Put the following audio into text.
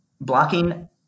Blocking